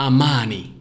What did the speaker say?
Amani